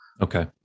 Okay